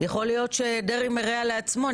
יכול להיות שדרעי מרע לעצמו.